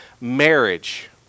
marriage